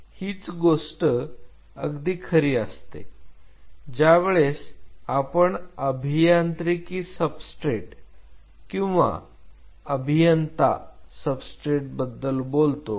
हीच गोष्ट अगदी खरी असते ज्यावेळेस आपण अभियांत्रिकी सबस्ट्रेट किंवा अभियंता सबस्ट्रेटबद्दल बोलतो